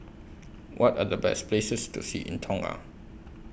What Are The Best Places to See in Tonga